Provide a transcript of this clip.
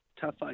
tough